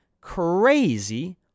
crazy